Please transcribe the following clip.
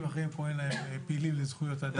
אנשים אחרים קוראים להם פעילים לזכויות אדם.